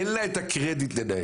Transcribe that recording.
אין לה את הקרדיט לנהל.